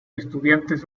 estudiantes